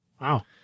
Wow